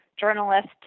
journalist